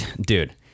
dude